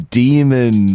demon